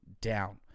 down